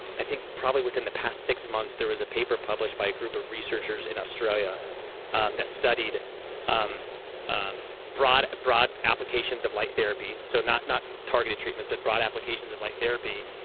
i think probably within the past six months there was a paper published by a group of researchers in australia and that studied um um broad broad applications of light therapy. so not not targeted treatment, but broad applications of light therapy.